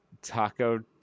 Taco